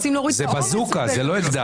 רוצים להוריד את --- זה בזוקה, זה לא אקדח.